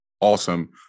awesome